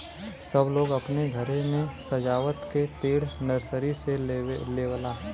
सब लोग अपने घरे मे सजावत के पेड़ नर्सरी से लेवला